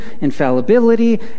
infallibility